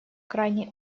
крайне